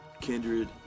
kindred